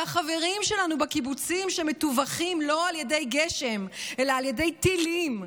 זה החברים שלנו בקיבוצים שמטווחים לא על ידי גשם אלא על ידי טילים,